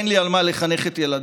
אין לי על מה לחנך את ילדיי.